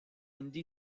andy